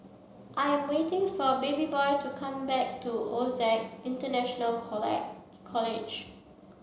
I am waiting for Babyboy to come back to OSAC International College